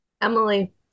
Emily